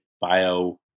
bio